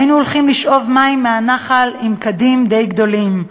היינו הולכים לשאוב מים מהנחל עם כדים די גדולים.